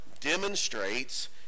demonstrates